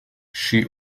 she